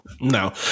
No